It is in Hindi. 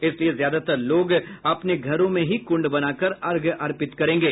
इसलिए ज्यादातर लोग अपने घरों में ही कुंड बनाकर अर्घ्य अर्पित करेंगे